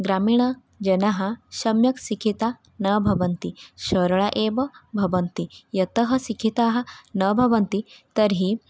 ग्रामीणजनाः सम्यक् शिक्षिताः न भवन्ति सरलाः एव भवन्ति यतः शिक्षिताः न भवन्ति तर्हि